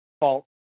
fault